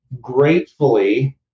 gratefully